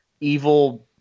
evil